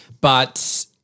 But-